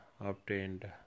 obtained